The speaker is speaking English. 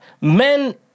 Men